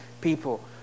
people